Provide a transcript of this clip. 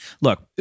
look